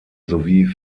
sowie